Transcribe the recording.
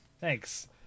Thanks